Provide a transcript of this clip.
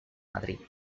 madrid